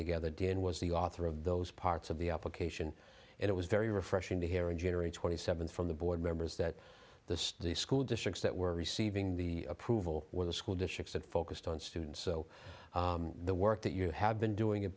together d n was the author of those parts of the application and it was very refreshing to hear and generate twenty seven from the board members that the school districts that were receiving the approval were the school districts that focused on students so the work that you have been doing